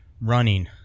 running